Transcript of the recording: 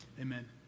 Amen